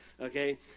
okay